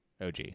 OG